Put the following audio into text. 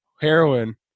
heroin